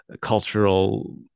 cultural